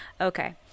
Okay